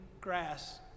grass